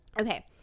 Okay